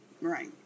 Right